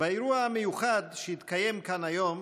באירוע המיוחד שהתקיים כאן היום